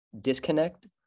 disconnect